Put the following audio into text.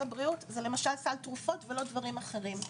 הבריאות זה סל תרופות ולא דברים אחרים.